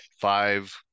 five